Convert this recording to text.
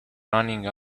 running